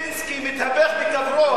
ז'בוטינסקי מתהפך בקברו,